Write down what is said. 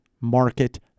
market